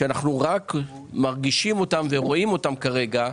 שאנחנו מרגישים אותם ורואים אותם כרגע,